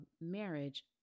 marriage